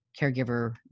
caregiver